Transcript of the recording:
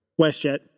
WestJet